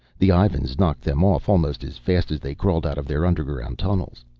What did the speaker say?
the ivans knocked them off almost as fast as they crawled out of their underground tunnels.